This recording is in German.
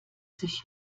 sich